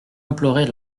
implorer